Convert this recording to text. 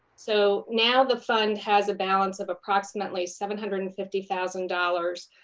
so now the fund has a balance of approximately seven hundred and fifty thousand dollars.